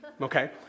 Okay